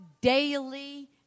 daily